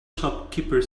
shopkeeper